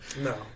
No